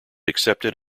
accepted